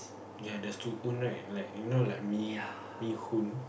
ya there's two right you know like me me